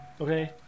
Okay